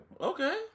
Okay